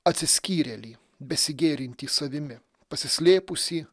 atsiskyrėlį besigėrintį savimi pasislėpusį